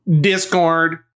Discord